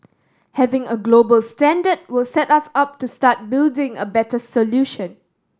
having a global standard will set us up to start building a better solution